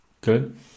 Good